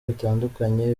bitandukanye